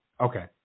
okay